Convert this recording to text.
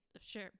sure